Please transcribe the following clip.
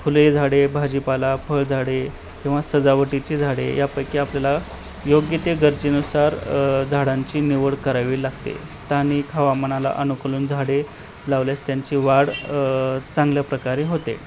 फुले झाडे भाजीपाला फळ झाडे किंवा सजावटीची झाडे यापैकी आपल्याला योग्य ते गरजेनुसार झाडांची निवड करावी लागते स्थानिक हवामानाला अनुकूल झाडे लावल्यास त्यांची वाढ चांगल्या प्रकारे होते